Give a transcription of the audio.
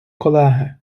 колеги